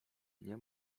nie